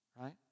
right